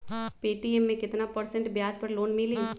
Paytm मे केतना percent ब्याज पर लोन मिली?